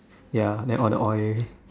ya then all the oil